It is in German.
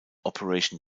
operation